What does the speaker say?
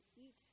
eat